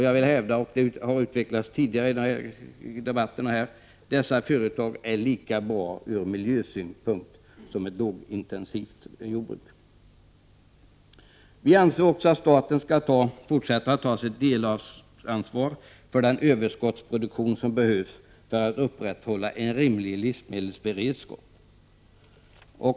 Jag vill hävda — och det har utvecklats tidigare i debatten här — att dessa företag är lika bra ur miljösynpunkt som ett lågintensivt jordbruk. Vi anser också att staten bör fortsätta att ta sitt bidragsansvar för den överskottsproduktion som behövs för att upprätthålla en rimlig livsmedelsberedskap.